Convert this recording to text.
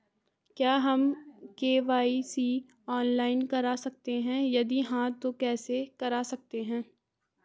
क्या हम KYC online करा सकते हैं यदि हाँ तो कैसे करा सकते हैं?